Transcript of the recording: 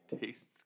tastes